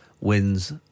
wins